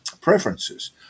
preferences